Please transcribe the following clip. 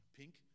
pink